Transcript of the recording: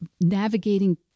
navigating